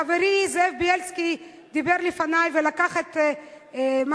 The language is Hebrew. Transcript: חברי זאב בילסקי דיבר לפני ולקח את מה